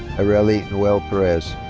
areli noelle perez.